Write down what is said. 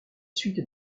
suites